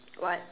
what